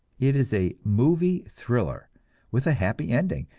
it is a movie thriller with a happy ending,